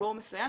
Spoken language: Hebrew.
לציבור מסוים,